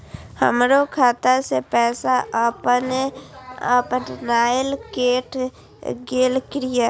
हमरो खाता से पैसा अपने अपनायल केट गेल किया?